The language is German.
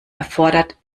erfordert